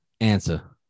Answer